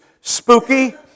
spooky